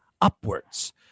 upwards